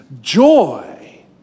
joy